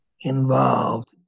involved